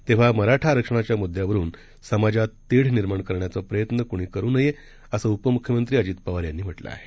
तेव्हा मराठा आरक्षणाच्या म्द्यावरून समाजात तेढ निर्माण करण्याचा प्रयत्न क्णी करू नये असं उपमुख्यमंत्री अजित पवार यांनी म्हटलं आहे